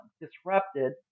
disrupted